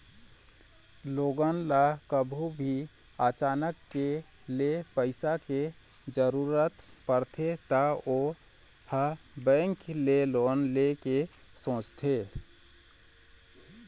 लोगन ल कभू भी अचानके ले पइसा के जरूरत परथे त ओ ह बेंक ले लोन ले के सोचथे